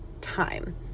time